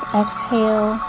exhale